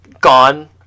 gone